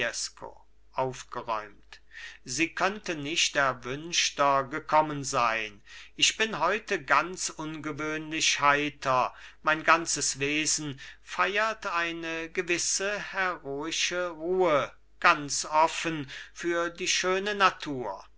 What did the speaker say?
aufgeräumt sie könnte nicht erwünschter gekommen sein ich bin heute ganz ungewöhnlich heiter mein ganzes wesen feiert eine gewisse heroische ruhe ganz offen für die schöne natur